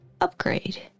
upgrade